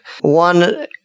One